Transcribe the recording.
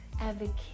advocate